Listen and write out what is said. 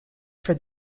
for